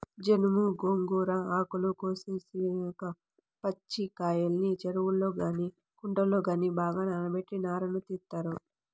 జనుము, గోంగూర ఆకులు కోసేసినాక పచ్చికాడల్ని చెరువుల్లో గానీ కుంటల్లో గానీ బాగా నానబెట్టి నారను తీత్తారు